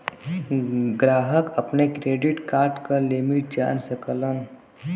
ग्राहक अपने credit card क लिमिट जान सकलन